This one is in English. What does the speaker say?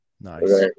Nice